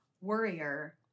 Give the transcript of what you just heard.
worrier